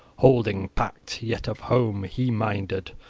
holding pact, yet of home he minded,